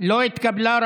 לא התקבלה.